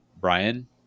Brian